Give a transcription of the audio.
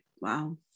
wow